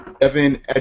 Evan